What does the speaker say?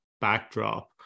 backdrop